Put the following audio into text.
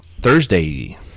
thursday